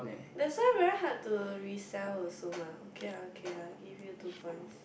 that's why very hard to resell also mah okay lah okay lah I give you two points